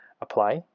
apply